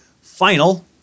final